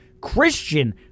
Christian